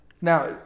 Now